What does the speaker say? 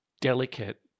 delicate